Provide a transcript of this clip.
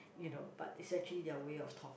you know but is actually their way of talk